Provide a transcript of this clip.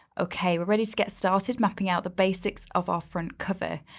okay, we're ready to get started, mapping out the basics of our front cover.